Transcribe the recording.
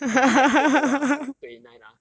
exact word for word ah I got twenty nine ah